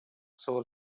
soul